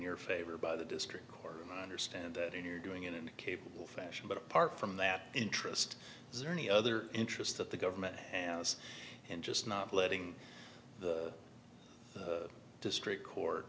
your favor by the district court understand that doing it in a capable fashion but apart from that interest is there any other interest that the government has and just not letting the district court